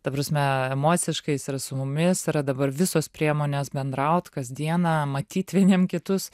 ta prasme emociškai jis yra su mumis yra dabar visos priemonės bendraut kasdieną matyt vieniem kitus